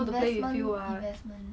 investment investment